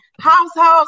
households